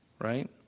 right